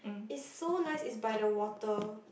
is so nice is by the water